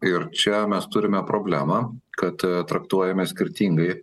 ir čia mes turime problemą kad traktuojame skirtingai